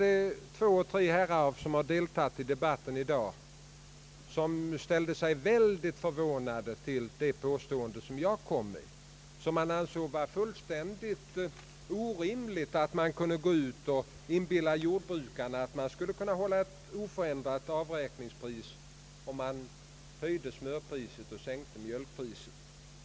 Ett par herrar som har deltagit i debatten i dag ställde sig väldigt förvånade till det påståendet. De ansåg det vara orimligt att försöka inbilla jordbrukarna att man skulle kunna hålla ett oförändrat avräkningspris, om man höjde smörpriset och sänkte mjölkpriset.